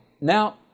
now